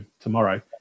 tomorrow